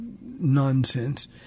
nonsense